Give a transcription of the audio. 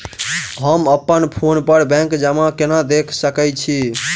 हम अप्पन फोन पर बैंक जमा केना देख सकै छी?